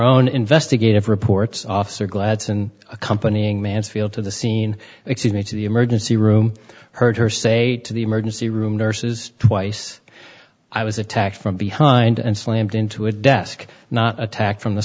own investigative reports officer gladson accompanying mansfield to the scene excuse me to the emergency room heard her say to the emergency room nurses twice i was attacked from behind and slammed into a desk not attacked from the